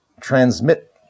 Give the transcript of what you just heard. transmit